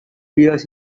bears